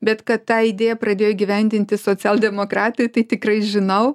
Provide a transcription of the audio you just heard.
bet kad tą idėją pradėjo įgyvendinti socialdemokratai tai tikrai žinau